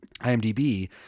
IMDb